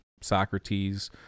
Socrates